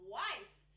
wife